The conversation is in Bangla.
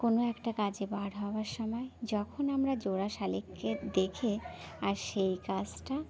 কোনো একটা কাজে বার হওয়ার সময় যখন আমরা জোড়া শালিখকে দেখি আর সেই কাজটা